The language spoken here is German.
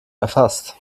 erfasst